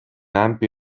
ampio